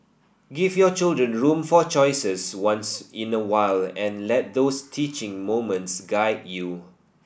give your children room for choices once in a while and let those teaching moments guide you